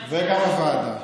וגם הוועדה.